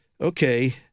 okay